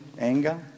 Anger